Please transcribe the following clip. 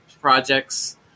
projects